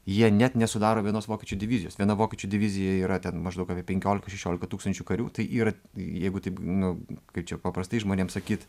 jie net nesudaro vienos vokiečių divizijos viena vokiečių divizija yra ten maždaug apie penkiolika šešiolika tūkstančių karių tai yra jeigu taip nu kaip čia paprastai žmonėm sakyt